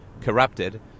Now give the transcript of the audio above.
corrupted